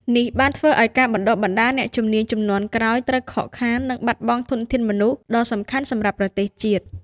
នេះបានធ្វើឱ្យការបណ្ដុះបណ្ដាលអ្នកជំនាញជំនាន់ក្រោយត្រូវខកខាន និងបាត់បង់ធនធានមនុស្សដ៏សំខាន់សម្រាប់ប្រទេសជាតិ។